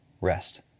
rest